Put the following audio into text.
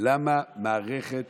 למה, מערכת